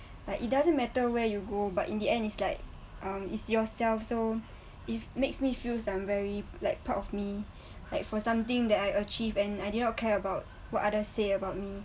like it doesn't matter where you go but in the end it's like um it's yourself so it makes me feel um very like proud of me like for something that I achieved and I did not care about what others say about me